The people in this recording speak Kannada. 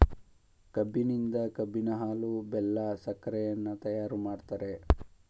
ಕಬ್ಬಿನಿಂದ ಕಬ್ಬಿನ ಹಾಲು, ಬೆಲ್ಲ, ಸಕ್ಕರೆಯನ್ನ ತಯಾರು ಮಾಡ್ತರೆ